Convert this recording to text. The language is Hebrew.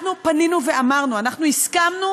אנחנו פנינו ואמרנו, הסכמנו